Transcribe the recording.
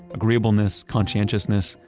agreeableness, conscientiousness,